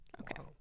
Okay